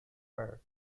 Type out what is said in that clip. her